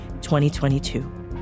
2022